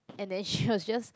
and then she was just